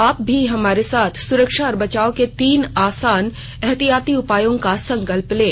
आप भी हमारे साथ सुरक्षा और बचाव के तीन आसान एहतियाती उपायों का संकल्प लें